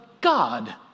God